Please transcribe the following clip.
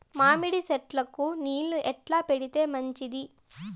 మామిడి చెట్లకు నీళ్లు ఎట్లా పెడితే మంచిది?